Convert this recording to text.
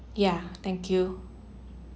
yeah thank you